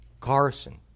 Carson